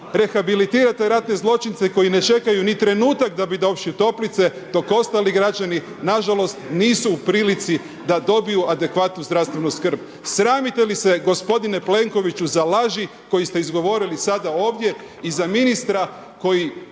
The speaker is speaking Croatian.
rehabilitirate ratne zločince koji ne čekaju ni trenutak da bi došli u toplice, dok ostali građani na žalost nisu u prilici da dobiju adekvatnu zdravstvenu skrb. Sramite li se, gospodine Plenkoviću za laži koje ste izgovorili sada ovdje i za ministra koji